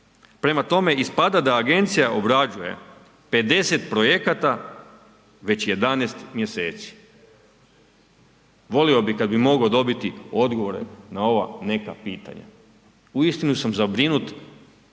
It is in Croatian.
prema tome ispada da agencija obrađuje 50 projekata već 11 mjeseci. Volio bih kada bi mogao dobiti odgovore na ova neka pitanja. Uistinu sam zabrinut